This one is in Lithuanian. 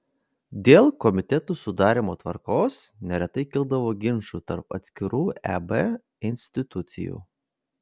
dėl komitetų sudarymo tvarkos neretai kildavo ginčų tarp atskirų eb institucijų